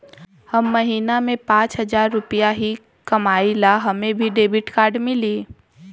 हम महीना में पाँच हजार रुपया ही कमाई ला हमे भी डेबिट कार्ड मिली?